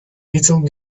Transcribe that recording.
little